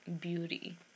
beauty